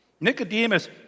Nicodemus